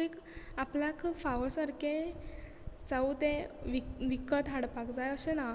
एक आपल्याक फावो सारके जावूं ते विकत हाडपाक जाय अशें ना